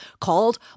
called